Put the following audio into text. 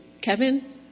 Kevin